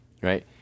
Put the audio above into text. right